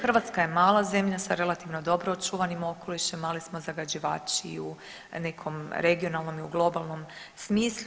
Hrvatska je mala zemlja sa relativno dobro očuvanim okolišem, ali smo zagađavači i u nekom regionalnom i u globalnom smislu.